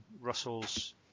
Russell's